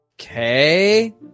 okay